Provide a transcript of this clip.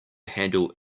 handle